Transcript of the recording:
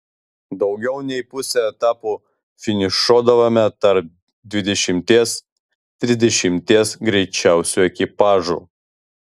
daugiau nei pusę etapų finišuodavome tarp dvidešimties trisdešimties greičiausių ekipažų